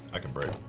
i can break.